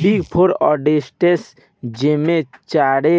big four auditors जेमे चारो